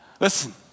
Listen